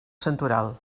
santoral